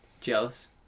Jealous